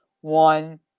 One